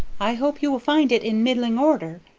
i hope you will find it in middling order,